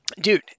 Dude